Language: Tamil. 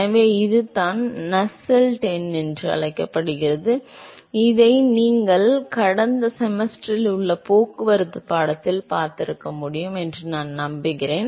எனவே இதுதான் நஸ்செல்ட் எண் என்று அழைக்கப்படுகிறது இதை நீங்கள் கடந்த செமஸ்டரில் உங்கள் போக்குவரத்து பாடத்தில் பார்த்திருக்க வேண்டும் என்று நான் நம்புகிறேன்